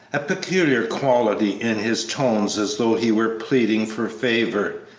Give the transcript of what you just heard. a peculiar quality in his tones, as though he were pleading for favor,